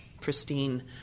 pristine